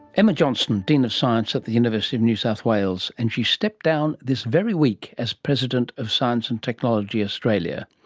emma johnston, dean of science at the university of new south wales, and she stepped down this very week as president of science and technology australia.